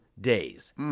days